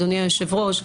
אדוני היושב-ראש,